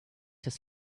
his